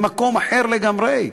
במקום אחר לגמרי.